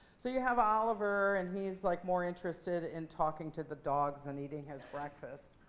so you have oliver. and he's like more interested in talking to the dogs than eating his breakfast.